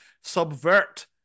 subvert